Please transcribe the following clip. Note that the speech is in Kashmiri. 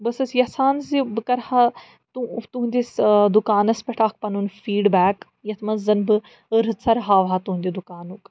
بہٕ ٲسٕس یَژھان زِ بہٕ کَرٕ ہا تُہٕنٛدِس دُکانَس پٮ۪ٹھ اَکھ پَنُن فیٖڈبیک یَتھ منٛز زَن بہٕ رٕژَر ہاوٕہا تُہٕنٛدِ دُکانُک